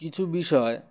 কিছু বিষয়